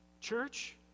church